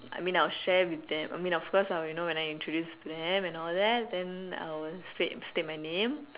I mean I'll share with them I mean of course I will you know when I introduce to them and all that then I will state state my name